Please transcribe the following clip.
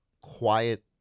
quiet